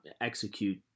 execute